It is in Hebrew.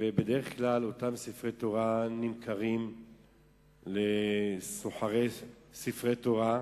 ובדרך כלל אותם ספרי תורה נמכרים לסוחרי ספרי תורה.